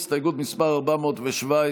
הסתייגות מס' 417,